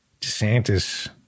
DeSantis